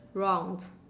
wronged